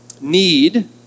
need